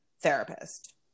therapist